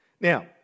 Now